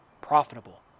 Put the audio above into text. profitable